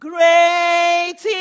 Great